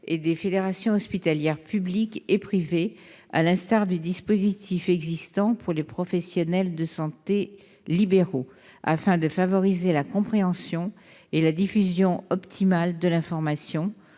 et des fédérations hospitalières publiques et privées, à l'instar du dispositif existant pour les professionnels de santé libéraux, afin de favoriser la compréhension et la diffusion optimale de l'information